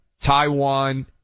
Taiwan